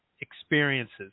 experiences